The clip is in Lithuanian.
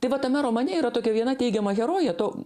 tai va tame romane yra tokia viena teigiama herojė to